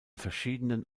verschiedenen